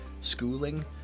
schooling